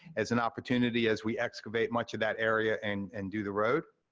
as an opportunity, as we excavate much of that area and and do the road.